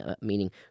meaning